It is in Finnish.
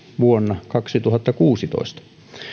vuonna kaksituhattakuusitoista